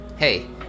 hey